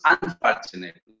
unfortunately